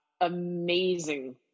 amazing